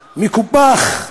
מקופח.